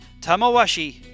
Tamawashi